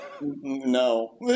no